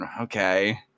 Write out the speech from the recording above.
okay